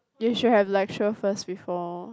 you should have lecture first before